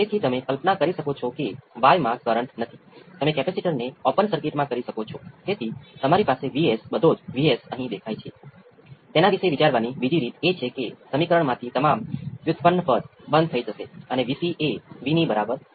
હવે આપણે જાણીએ છીએ કે કુલ રિસ્પોન્સ એ ચોક્કસ ઉકેલ છે અહી એક યુનિક ચોક્કસ ઉકેલ cos ω t 5 tan inverse ω C R natural રિસ્પોન્સનું સ્કેલ કરેલ વર્ઝન Vo જે અજ્ઞાત છે